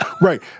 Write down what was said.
right